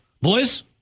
Boys